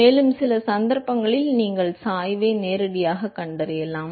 மேலும் சில சந்தர்ப்பங்களில் நீங்கள் சாய்வை நேரடியாகக் கண்டறியலாம்